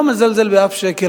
אני לא מזלזל באף שקל,